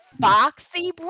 Foxy